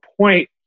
point